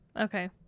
Okay